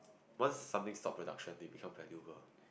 once something stop production they become valuable